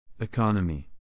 Economy